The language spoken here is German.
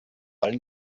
allen